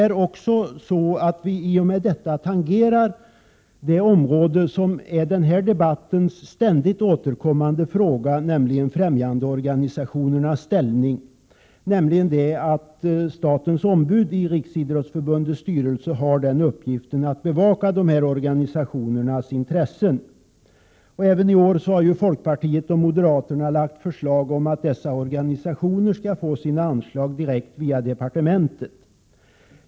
I och med detta tangerar vi den ständigt återkommande frågan om främjandeorganisationernas ställning. Statens ombud i Riksidrottsförbundets styrelse har ju till uppgift att bevaka dessa organisationers intressen. Även i år har folkpartiet och moderaterna framlagt förslag om att dessa organisationer skall få sina anslag direkt via departementet.